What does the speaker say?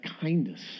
kindness